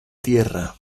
tierra